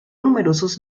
numerosos